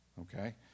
okay